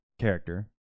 character